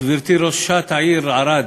גברתי ראשת העיר ערד,